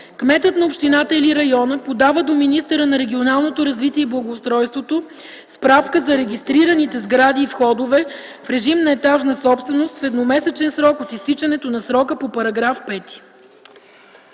Кметът на общината или района подава до министъра на регионалното развитие и благоустройството справка за регистрираните сгради и входове в режим на етажна собственост в едномесечен срок от изтичането на срока по § 5.”